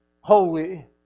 holy